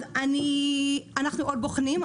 אנחנו בוחנים,